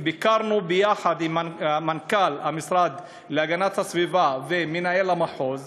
ביקרנו יחד עם מנכ"ל המשרד להגנת הסביבה ומנהל המחוז,